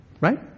Right